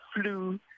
flu